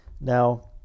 Now